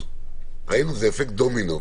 זה אפקט דומינו,